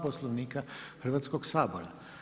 Poslovnika Hrvatskog sabora.